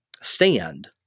stand